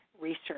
research